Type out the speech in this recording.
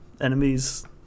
enemies